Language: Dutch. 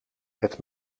het